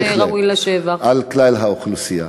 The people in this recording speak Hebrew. על כלל האוכלוסייה,